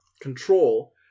Control